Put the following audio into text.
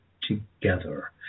together